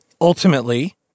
ultimately